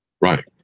right